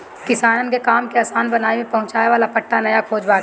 किसानन के काम के आसान बनावे में पहुंचावे वाला पट्टा नया खोज बाटे